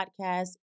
podcast